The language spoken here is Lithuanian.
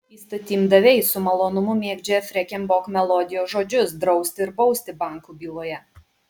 įstatymdaviai su malonumu mėgdžioja freken bok melodijos žodžius drausti ir bausti bankų byloje